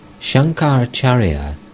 Shankaracharya